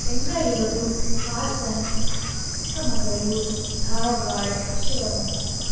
Bengaluru Hassan Chikkamagaluru Dharwad Shivamogga